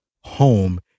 home